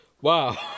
Wow